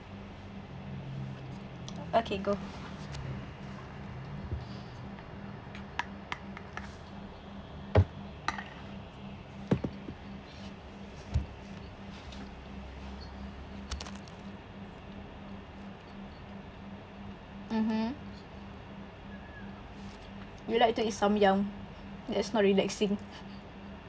okay go mmhmm you like to eat samyang that's not relaxing